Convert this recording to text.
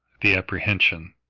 the apprehension,